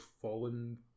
Fallen